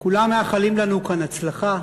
כולם מאחלים לנו כאן הצלחה,